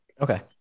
okay